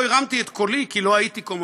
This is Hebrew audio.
אני לא הרמתי את קולי, כי לא הייתי קומוניסט.